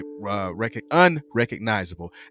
unrecognizable